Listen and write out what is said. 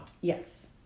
Yes